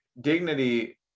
dignity